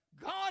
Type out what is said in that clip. God